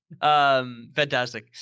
fantastic